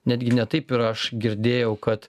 netgi ne taip yra aš girdėjau kad